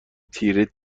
تیره